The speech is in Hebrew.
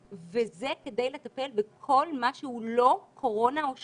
וזה כדי לטפל בכל מה שהוא לא קורונה או שפעת.